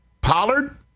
Pollard